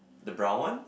the brown one